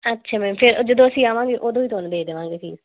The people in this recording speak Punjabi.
ਅੱਛਾ ਮੈਮ ਫਿਰ ਜਦੋਂ ਅਸੀਂ ਆਵਾਂਗੇ ਉਦੋਂ ਹੀ ਤੁਹਾਨੂੰ ਦੇ ਦੇਵਾਂਗੇ ਫੀਸ